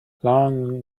long